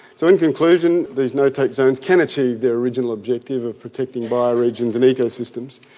so in conclusion, these no-take zones can achieve their original objective of protecting bio regions and eco systems,